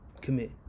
commit